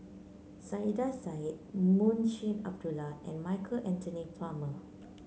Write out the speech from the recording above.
Saiedah Said Munshi Abdullah and Michael Anthony Palmer